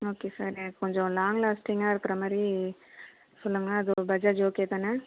okay sir எனக்கு கொஞ்சம் லாங்லாஸ்டிங்காக இருக்குறமாதிரி சொல்லுங்கள் அது பஜாஜ் ஓகே தானே